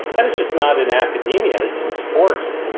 and it's just not in academia. it's in sports.